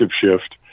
shift